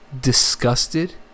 disgusted